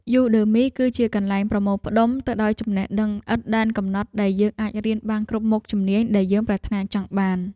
យូដឺមី គឺជាកន្លែងប្រមូលផ្តុំទៅដោយចំណេះដឹងឥតដែនកំណត់ដែលយើងអាចរៀនបានគ្រប់មុខជំនាញដែលយើងប្រាថ្នាចង់បាន។